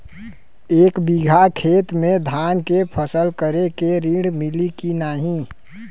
एक बिघा खेत मे धान के फसल करे के ऋण मिली की नाही?